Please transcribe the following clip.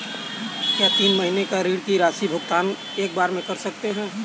क्या तीन महीने के ऋण की राशि का भुगतान एक बार में कर सकते हैं?